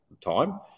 time